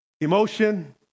Emotion